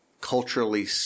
culturally